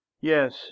yes